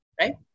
right